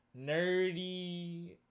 nerdy